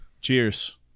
cheers